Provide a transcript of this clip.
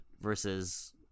versus